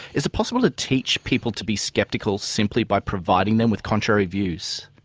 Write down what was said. is it possible to teach people to be skeptical simply by providing them with contrary views?